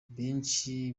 benshi